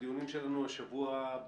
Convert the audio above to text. הדיונים שלנו השבוע,